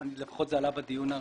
לפחות זה עלה בדיון הקודם.